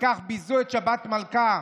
ובכך ביזו את שבת המלכה.